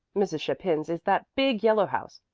mrs. chapin's is that big yellow house,